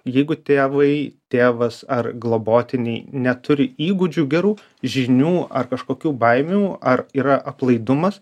jeigu tėvai tėvas ar globotiniai neturi įgūdžių gerų žinių ar kažkokių baimių ar yra aplaidumas